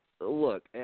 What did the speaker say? look